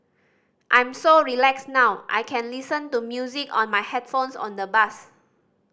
I'm so relaxed now I can listen to music on my headphones on the bus